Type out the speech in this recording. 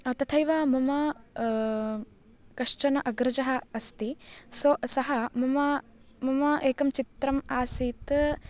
तथैव मम कश्चन अग्रजः अस्ति सो सः मम मम एकं चित्रं आसीत्